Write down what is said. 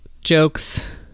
jokes